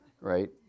right